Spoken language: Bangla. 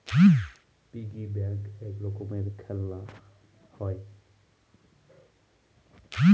পিগি ব্যাঙ্ক এক রকমের খেলনা হয়